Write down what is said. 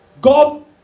God